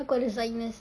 aku ada sinus